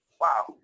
wow